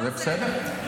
וזה לא איזה --- זה בסדר,